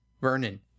Vernon